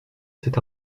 cet